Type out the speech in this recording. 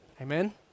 Amen